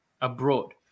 abroad